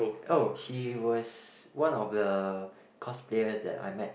oh he was one of the cosplayer that I met